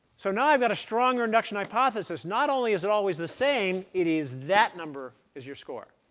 so now i've got a stronger induction hypothesis. not only is it always the same, it is that number is your score.